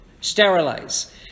Sterilize